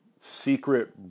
Secret